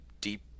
deep